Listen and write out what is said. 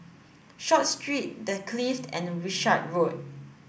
Short Street The Clift and Wishart Road